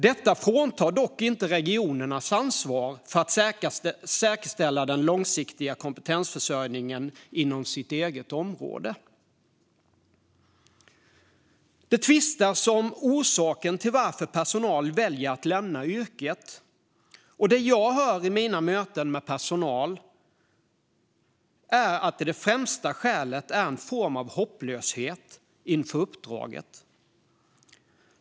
Detta fråntar dock inte regionerna deras ansvar för att säkerställa den långsiktiga kompetensförsörjningen inom det egna området. Det tvistas om orsaken till att personal väljer att lämna yrket. Det jag hör i mina möten med personal är att det främsta skälet är en form av hopplöshet inför uppdraget.